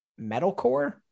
metalcore